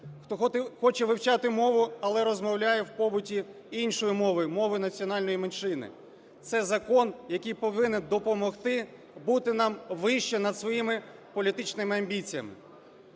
хто хоче вивчати мову, але розмовляє в побуті іншою мовою – мовою національної меншини. Це закон, який повинен допомогти бути нам вище над своїми політичними амбіціями.